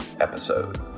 episode